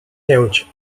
pięć